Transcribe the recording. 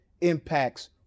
impacts